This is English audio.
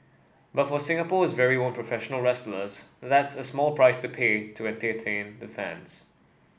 but for Singapore's very own professional wrestlers that's a small price to pay to entertain the fans